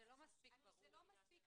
זה לא מספיק ברור.